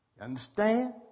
Understand